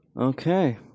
Okay